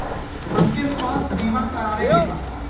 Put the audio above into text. हमके स्वास्थ्य बीमा करावे के बा?